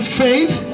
faith